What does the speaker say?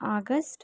August